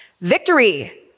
Victory